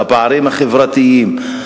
הפערים החברתיים,